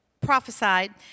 prophesied